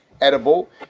edible